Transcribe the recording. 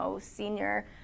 senior